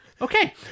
Okay